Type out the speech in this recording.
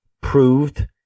proved